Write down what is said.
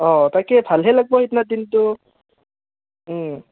অঁ তাকে ভালহে লাগব সিদিনা দিনটো